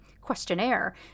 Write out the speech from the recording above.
questionnaire